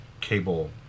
cable